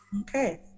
Okay